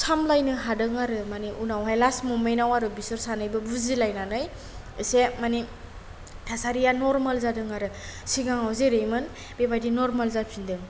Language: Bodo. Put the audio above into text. सामलायनो हादों आरो माने उनावहाय लास्ट ममेनाव आरो बिसोर सानैबो बुजिलायनानै एसे मानि थासारिया नरमेल जादों आरो सिगाङाव जेरैमोन बेबायदि नरमेल जाफिनदों